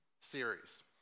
series